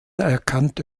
erkannte